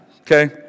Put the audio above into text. okay